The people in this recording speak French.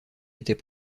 était